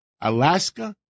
Alaska